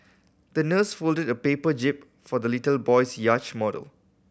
the nurse folded a paper jib for the little boy's yacht model